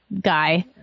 guy